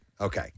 Okay